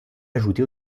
ajouté